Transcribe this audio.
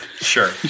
Sure